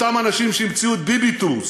אותם אנשים שהמציאו את "ביביטורס",